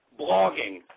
blogging